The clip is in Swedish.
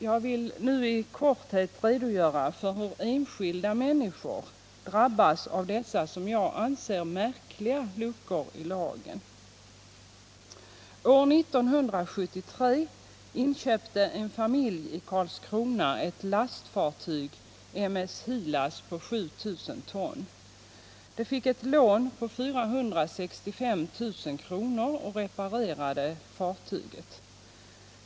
Jag vill nu i korthet redogöra för hur enskilda människor drabbas av dessa, enligt min mening, märkliga luckor i lagen. År 1973 inköpte en familj i Karlskrona ett lastfartyg, M/S Hilas, på 7 000 ton. Familjen fick ett lån på 465 000 kr. och reparerade fartyget.